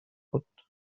بود